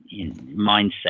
mindset